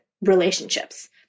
relationships